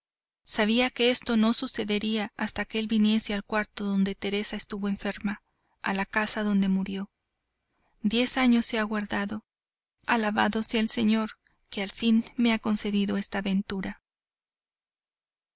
sabía que esto no sucedería hasta que él viniese al cuarto donde teresa estuvo enferma a la casa donde murió diez años he aguardado alabado sea el señor que al fin me ha concedido esta ventura